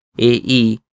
AE